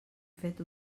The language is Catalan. fet